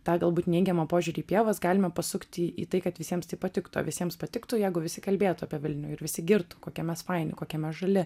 tą galbūt neigiamą požiūrį į pievas galime pasukti į tai kad visiems tai patiktų o visiems patiktų jeigu visi kalbėtų apie vilnių ir visi girtų kokie mes faini kokie mes žali